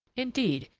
indeed,